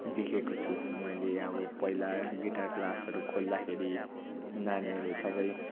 देखेको छु मैले अब पहिला गिटार क्लासहरू खोल्दाखेरि नानीहरू सबै